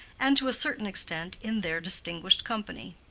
and to a certain extent in their distinguished company.